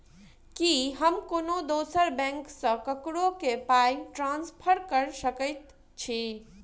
की हम कोनो दोसर बैंक सँ ककरो केँ पाई ट्रांसफर कर सकइत छि?